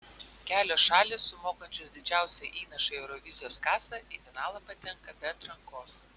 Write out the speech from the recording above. kelios šalys sumokančios didžiausią įnašą į eurovizijos kasą į finalą patenka be atrankos